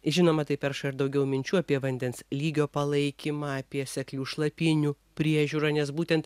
žinoma tai perša ir daugiau minčių apie vandens lygio palaikymą apie seklių šlapynių priežiūrą nes būtent